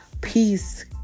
peace